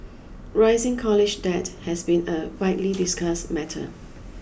rising college debt has been a widely discussed matter